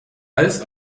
als